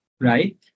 right